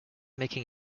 making